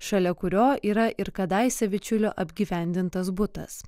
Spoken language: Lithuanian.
šalia kurio yra ir kadaise bičiulio apgyvendintas butas